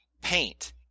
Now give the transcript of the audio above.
paint